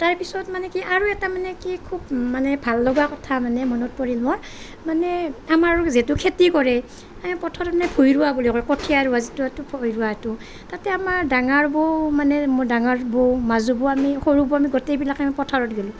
তাৰপিছত মানে কি আৰু এটা মানে কি খুব মানে ভাল লগা কথা মানে মনত পৰিল মানে আমাৰো যিহেতু খেতি কৰে এই পথাৰতে ভূঁই ৰোৱা বুলি কয় কঠিয়া ৰোৱা যিটো সেইটো ভূঁই ৰোৱাটো তাতে আমাৰ ডাঙাৰ বৌ মানে মোৰ ডাঙৰ বৌ মাজু বৌ আমি সৰু বৌ আমি গোটেইবিলাকে পথাৰত গে'লো